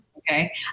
Okay